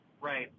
Right